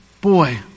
Boy